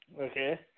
Okay